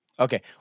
Okay